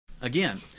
Again